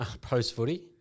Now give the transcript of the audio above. post-footy